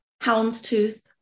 houndstooth